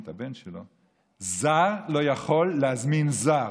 את הבן שלו: זר לא יכול להזמין זר,